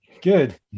Good